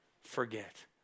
forget